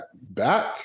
back